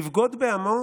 לבגוד בעמו,